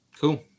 Cool